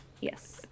Yes